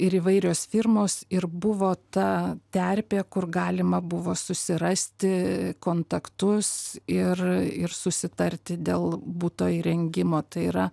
ir įvairios firmos ir buvo ta terpė kur galima buvo susirasti kontaktus ir ir susitarti dėl buto įrengimo tai yra